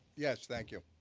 yes, thank you.